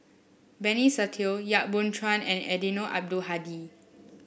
Benny Se Teo Yap Boon Chuan and Eddino Abdul Hadi